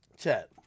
chat